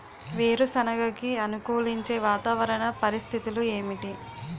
వేరుసెనగ కి అనుకూలించే వాతావరణ పరిస్థితులు ఏమిటి?